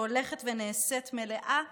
שהולכת ונעשית מלאה בכפייה,